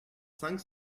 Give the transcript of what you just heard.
cinq